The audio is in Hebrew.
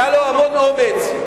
היה לו המון אומץ.